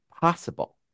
possible